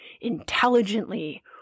intelligently